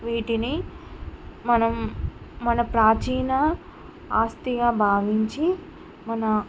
వీటిని మనం మన ప్రాచీన ఆస్తిగా భావించి మన